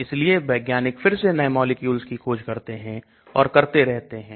इसलिए वैज्ञानिक फिर से नए मॉलिक्यूल की खोज करते हैं और करते रहते हैं